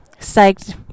Psyched